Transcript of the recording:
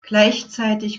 gleichzeitig